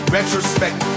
Retrospect